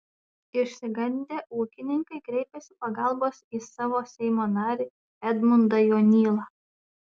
išsigandę ūkininkai kreipėsi pagalbos į savo seimo narį edmundą jonylą